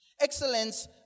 Excellence